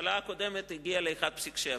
הממשלה הקודמת הגיעה ל-1.7%,